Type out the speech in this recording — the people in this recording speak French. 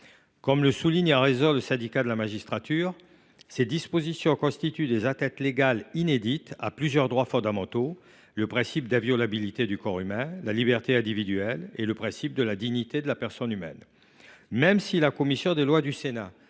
Comme le souligne à raison le Syndicat de la magistrature :« Ces dispositions constituent des atteintes légales inédites à plusieurs droits fondamentaux : le principe d’inviolabilité du corps humain, la liberté individuelle, le principe de la dignité de la personne humaine. » Même si la commission des lois a